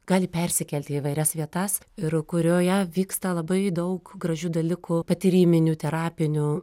gali persikelti į įvairias vietas ir kurioje vyksta labai daug gražių dalykų patyriminių terapinių